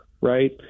right